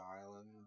Island